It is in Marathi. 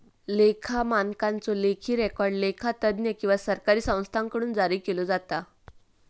लेखा मानकांचो लेखी रेकॉर्ड लेखा तज्ञ किंवा सरकारी संस्थांकडुन जारी केलो जाता